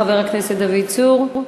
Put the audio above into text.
חבר הכנסת דוד צור,